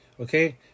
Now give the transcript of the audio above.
Okay